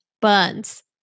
buns